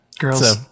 girls